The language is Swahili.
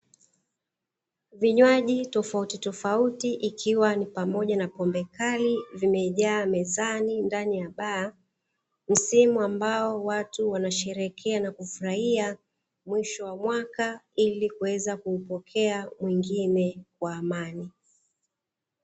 Vinywaji tofauti tofauti ikiwa ni pamoja na pombe kali vimejaa mezani ndani ya baa, Msimu ambao watu wanasheherekea nakufurahia mwisho wa mwaka ili kweza kuupokea mwengine kwa amani.